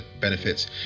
benefits